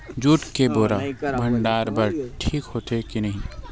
Jute के बोरा भंडारण बर ठीक होथे के नहीं?